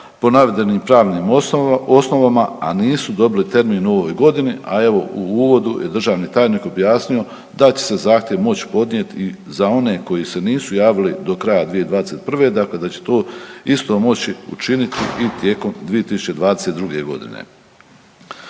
po navedenim pravnim osnovama, a nisu dobili termin u ovoj godini, a evo u uvodnu je državni tajnik objasnio da će se zahtjev moći podnijeti i za one koji se nisu javili do kraja 2021., dakle da će to isto moći učiniti i tijekom 2022. godine.